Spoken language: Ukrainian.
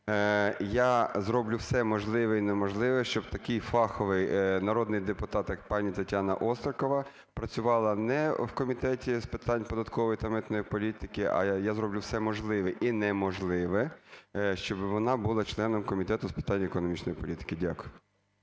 я зроблю все можливе і неможливе, щоб такий фаховий народний депутат, як пані Тетяна Острікова, працювала не в Комітеті з питань податкової та митної політики, а я зроблю все можливе і неможливе, щоб вона була членом Комітету з питань економічної політики. Дякую.